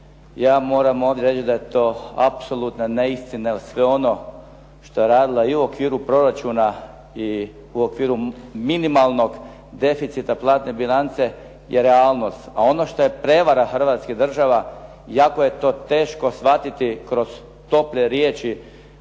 Ja moram ovdje reći da je to apsolutna neistina jer sve ono što je radila i u okviru proračuna i u okviru minimalnog deficita platne bilance je realnost. A ono što je prevara Hrvatske države, jako je to teško shvatiti kroz tople riječi